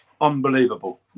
unbelievable